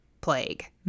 plague